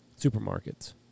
supermarkets